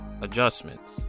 adjustments